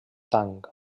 tang